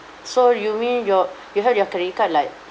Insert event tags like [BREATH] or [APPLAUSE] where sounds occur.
so you mean your [BREATH] you have your credit card like